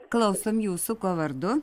klausom jūsų kuo vardu